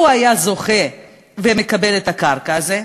הוא היה זוכה ומקבל את הקרקע הזאת,